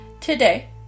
today